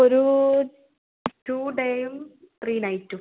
ഒരൂ ടൂ ഡേയും ത്രീ നൈറ്റും